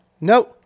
No